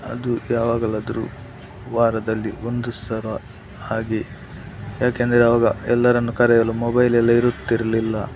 ಅದು ಯಾವಾಗಲಾದರೂ ವಾರದಲ್ಲಿ ಒಂದು ಸಲ ಹಾಗೆ ಯಾಕೆಂದರೆ ಆವಾಗ ಎಲ್ಲರನ್ನೂ ಕರೆಯಲು ಮೊಬೈಲ್ ಎಲ್ಲ ಇರುತ್ತಿರಲಿಲ್ಲ